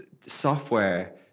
software